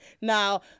Now